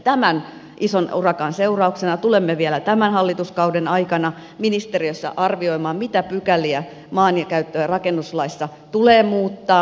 tämän ison urakan seurauksena tulemme vielä tämän hallituskauden aikana ministeriössä arvioimaan mitä pykäliä maankäyttö ja rakennuslaissa tulee muuttaa